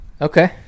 Okay